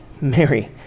mary